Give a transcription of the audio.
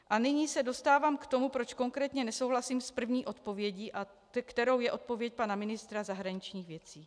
A nyní se dostávám k tomu, proč konkrétně nesouhlasím s první odpovědí, kterou je odpověď pana ministra zahraničních věcí.